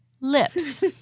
Lips